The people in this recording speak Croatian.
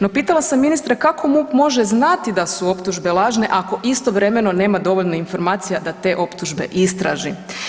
No pitala sam ministra kako MUP može znati da su optužbe lažne ako istovremeno nema dovoljno informacija da te optužbe istraži?